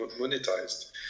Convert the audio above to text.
monetized